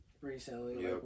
recently